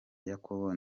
yakobo